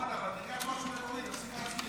רון, אבל תיקח משהו, נשמה,